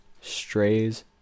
strays